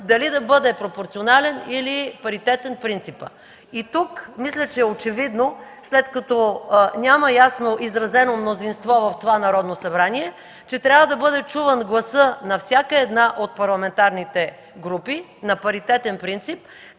дали да бъде пропорционален или паритетен принципът. И тук мисля, че е очевидно, след като няма ясно изразено мнозинство в това Народно събрание, че трябва да бъде чуван гласът на всяка една от парламентарните групи на паритетен принцип,